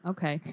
Okay